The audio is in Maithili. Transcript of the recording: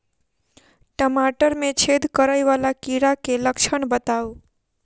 टमाटर मे छेद करै वला कीड़ा केँ लक्षण बताउ?